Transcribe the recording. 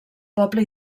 poble